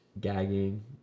gagging